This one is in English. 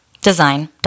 Design